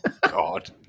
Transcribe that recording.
God